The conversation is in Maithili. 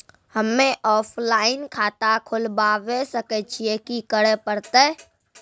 हम्मे ऑफलाइन खाता खोलबावे सकय छियै, की करे परतै?